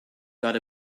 got